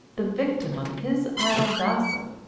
the victim of his idle gossip,